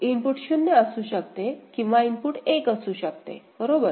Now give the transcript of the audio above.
तर इनपुट 0 असू शकते किंवा इनपुट 1 असू शकते बरोबर